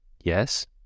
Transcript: Yes